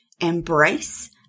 Embrace